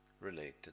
related